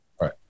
Right